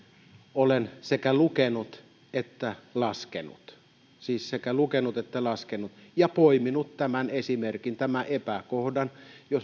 olen sekä lukenut että laskenut siis sekä lukenut että laskenut ja poiminut tämän esimerkin tämän epäkohdan